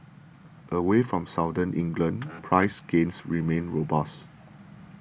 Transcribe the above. away from Southern England price gains remain robust